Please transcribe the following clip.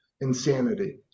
insanity –